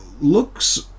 looks